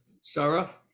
sarah